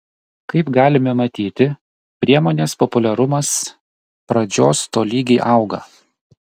kaip galime matyti priemonės populiarumas pradžios tolygiai auga